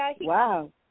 wow